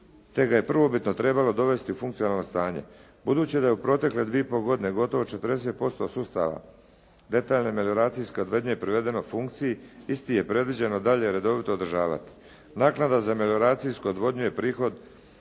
te ga je prvobitno trebalo dovesti u funkcionalno stanje. Budući da je u protekle dvije i pol godine gotovo 40% sustava detaljne melioracije odvodnje privedeno funkciji isti je predviđeno dalje redovito održavati. Naknada za melioracijsko odvodnju i prihod